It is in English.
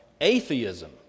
atheism